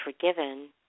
forgiven